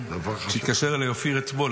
כשהתקשר אליי אופיר אתמול,